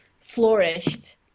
flourished